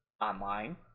online